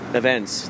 events